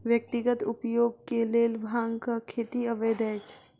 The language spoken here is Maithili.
व्यक्तिगत उपयोग के लेल भांगक खेती अवैध अछि